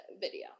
video